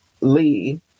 Lee